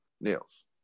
nails